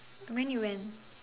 when you went